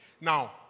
Now